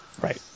Right